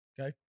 Okay